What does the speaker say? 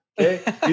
okay